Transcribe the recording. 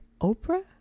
Oprah